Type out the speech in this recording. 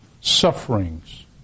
sufferings